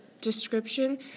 description